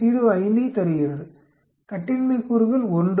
05 ஐத் தருகிறது கட்டின்மை கூறுகள் 1